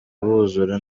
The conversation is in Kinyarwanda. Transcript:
buzura